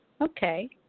Okay